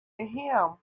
him